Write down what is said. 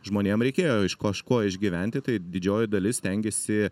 žmonėm reikėjo iš kažko išgyventi tai didžioji dalis stengėsi